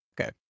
Okay